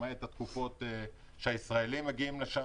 למעט התקופות שהישראלים מגיעים לשם.